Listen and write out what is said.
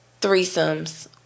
threesomes